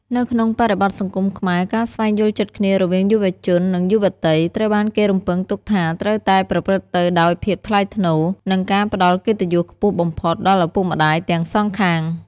នៅក្នុងបរិបទសង្គមខ្មែរ ការស្វែងយល់ចិត្តគ្នារវាងយុវជន និងយុវតី ត្រូវបានគេរំពឹងទុកថាត្រូវតែប្រព្រឹត្តទៅដោយភាពថ្លៃថ្នូរ និងការផ្ដល់កិត្តិយសខ្ពស់បំផុតដល់ឪពុកម្ដាយទាំងសងខាង។